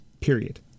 period